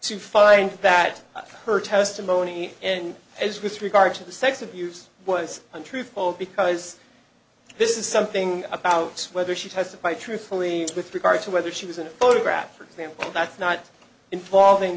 to find that her testimony and as with regard to the sex abuse was untruthful because this is something about whether she testified truthfully with regard to whether she was in a photograph for example that's not involving